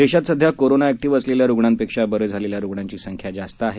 देशात सध्या corona active असलेल्या रुग्णांपेक्षा बरे झालेल्या रुग्णांची संख्या जास्त जास्त आहे